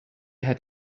had